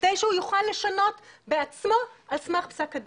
כדי שהוא יוכל לשנות בעצמו על סמך פסק הדין.